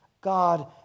God